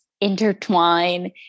intertwine